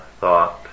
thought